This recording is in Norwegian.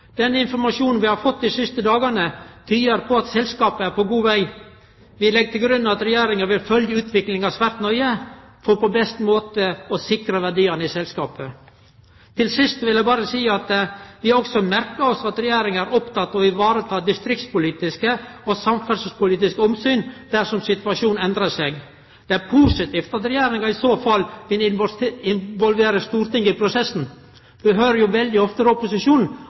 Den informasjonen vi har fått dei siste dagane, tyder på at selskapet er på god veg. Vi legg til grunn at Regjeringa vil følgje utviklinga svært nøye for på best måte å sikre verdiane i selskapet. Til sist vil eg berre seie at vi har òg merka oss at Regjeringa er oppteken av å vareta distriktspolitiske og samferdselspolitiske omsyn dersom situasjonen endrar seg. Det er positivt at Regjeringa i så fall vil involvere Stortinget i prosessen. Vi høyrer veldig ofte